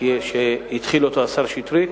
שהתחיל אותו השר שטרית.